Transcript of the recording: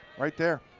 right there.